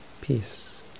peace